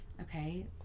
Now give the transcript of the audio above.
okay